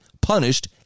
punished